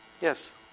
Yes